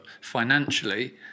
financially